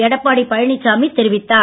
எடப்பாடி பழனிசாமி தெரிவித்தார்